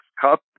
Cup